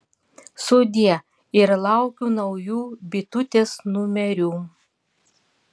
sudie ir laukiu naujų bitutės numerių